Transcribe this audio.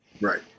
Right